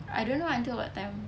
I don't know until what time